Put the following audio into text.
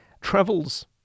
travels